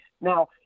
Now